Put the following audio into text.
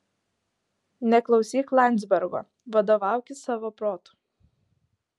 neklausyk landzbergo vadovaukis savo protu